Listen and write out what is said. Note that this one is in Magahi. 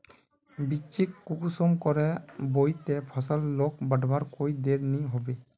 बिच्चिक कुंसम करे बोई बो ते फसल लोक बढ़वार कोई देर नी होबे?